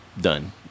done